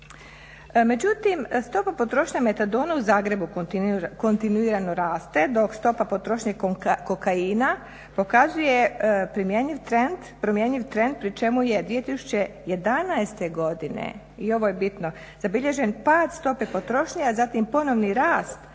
Međutim stopa potrošnje metadona u Zagrebu kontinuirano raste dok stopa potrošnje kokaina pokazuje promjenjiv trend pri čemu je 2011.godine i ovo je bitno, zabilježen pad stope potrošnje, a zatim ponovni rast